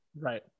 Right